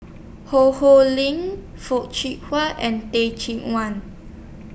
Ho Ho Ling Foo and Teh Cheang Wan